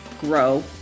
grow